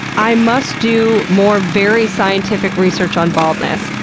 i must do more very scientific research on baldness,